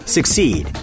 Succeed